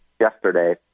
yesterday